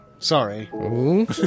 Sorry